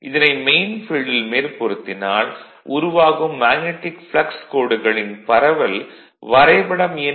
இதனை மெயின் ஃபீல்டில் மேற்பொருத்தினால் உருவாகும் மேக்னடிக் ப்ளக்ஸ் கோடுகளின் பரவல் வரைபடம் எண்